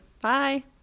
bye